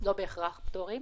לא בהכרח פטורים